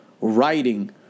writing